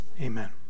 Amen